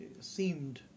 seemed